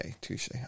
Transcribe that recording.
touche